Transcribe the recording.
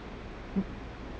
mm